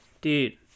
dude